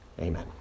Amen